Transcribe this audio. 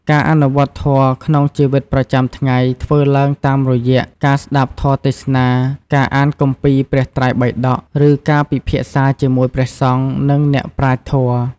ការអនុវត្តធម៌ក្នុងជីវិតប្រចាំថ្ងៃធ្វើឡើងតាមរយៈការស្ដាប់ធម៌ទេសនា ការអានគម្ពីរព្រះត្រៃបិដក ឬការពិភាក្សាជាមួយព្រះសង្ឃ និងអ្នកប្រាជ្ញធម៌។